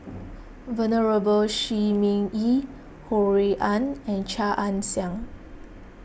Venerable Shi Ming Yi Ho Rui An and Chia Ann Siang